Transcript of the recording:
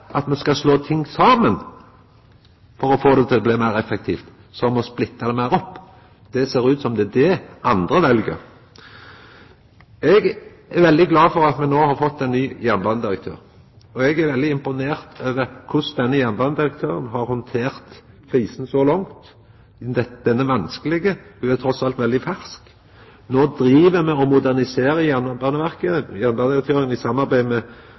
at me skal slå ting saman som å splitta det meir opp for å få det til å bli meir effektivt. Det ser ut som det er det andre vel. Eg er veldig glad for at me no har fått ein ny jernbanedirektør, og eg er veldig imponert over korleis denne jernbanedirektøren – ho er trass alt veldig fersk – har handtert ei vanskeleg krise så langt. No held me på å modernisera Jernbaneverket – jernbanedirektøren i samarbeid med